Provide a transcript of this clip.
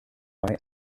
why